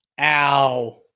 Ow